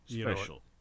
Special